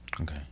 Okay